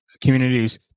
communities